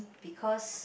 because